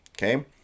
Okay